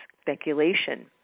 speculation